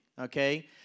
Okay